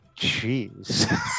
Jeez